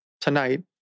tonight